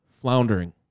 Floundering